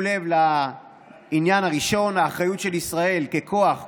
לב לעניין הראשון: האחריות של ישראל ככוח כובש,